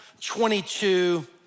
22